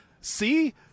See